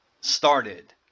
started